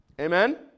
Amen